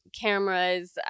cameras